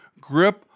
grip